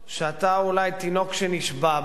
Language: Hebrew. שאתה אולי תינוק שנשבה בה.